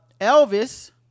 Elvis